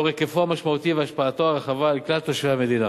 לאור היקפו המשמעותי והשפעתו הרחבה על כלל תושבי המדינה,